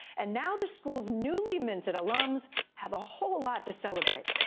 and now the school's newly minted alums have a whole lot to celebrate.